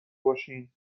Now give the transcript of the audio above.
باشین